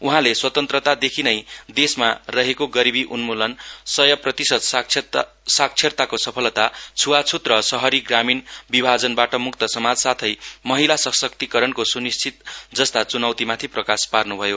उहाँले स्वतन्त्रतादेखि नै देशमा रहेको गरीबी उन्मूलन सय प्रतिशत साक्षरताको सफलता छुवाछ्त र शहरी ग्रामीण विभाजनबाट मुक्त समाज साथै महिला सशक्तिकरणको सुनिश्चित जस्ता चुनौतीमाथि प्रकाश पार्न्भयो